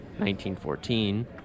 1914